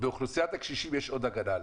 באוכלוסיית הקשישים יש עוד אגדה עליהם.